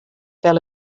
fell